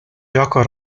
gioco